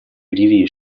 ливии